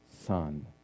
Son